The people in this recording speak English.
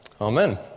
Amen